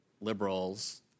liberals